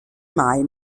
mai